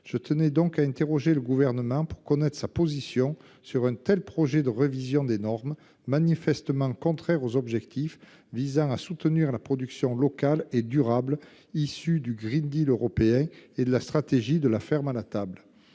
Je tenais donc à interroger le gouvernement pour connaître sa position sur un tel projet de révision des normes manifestement contraire aux objectifs visant à soutenir la production locale et durable issu du Green Deal européen et de la stratégie de la ferme à la table.